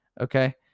Okay